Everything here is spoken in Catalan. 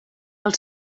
els